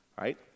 Right